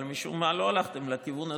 אבל משום מה לא הלכתם לכיוון הזה,